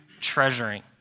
treasuring